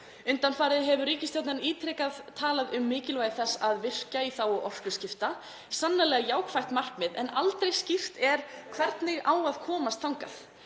Undanfarið hefur ríkisstjórnin ítrekað talað um mikilvægi þess að virkja í þágu orkuskipta. Sannarlega jákvætt markmið en aldrei er skýrt hvernig á að komast þangað.